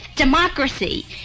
Democracy